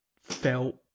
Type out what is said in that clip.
felt